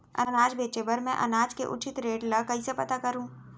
अनाज बेचे बर मैं अनाज के उचित रेट ल कइसे पता करो?